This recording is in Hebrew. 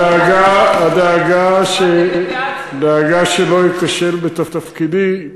הדאגה שלא אכשל בתפקידי,